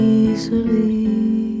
easily